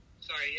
Sorry